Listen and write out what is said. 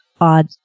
odd